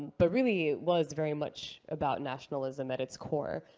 but really it was very much about nationalism at its core.